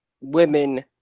women